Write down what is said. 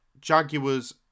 Jaguars